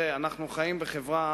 אנחנו חיים בחברה